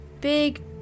big